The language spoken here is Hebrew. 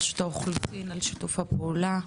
רשות האוכלוסין על שיתוף הפעולה,